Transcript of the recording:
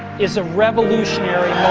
it's a revolutionary